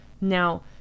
Now